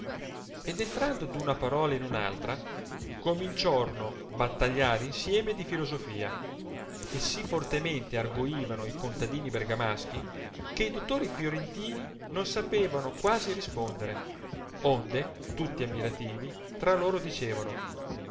ed entrando d una parola in un altra cominciorno battagliare insieme di filosofia e sì fortemente argoivano i contadini bergamaschi che i dottori firentini non sapevano quasi rispondere onde tutti ammirativi tra loro dicevano